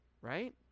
Right